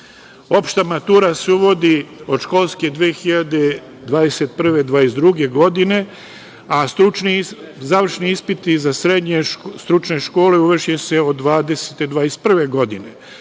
Opšta matura se uvodi od školske 2021/2022. godine, a stručni završni ispiti za srednje stručne škole uvešće se od 2020/2021. godine.